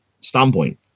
standpoint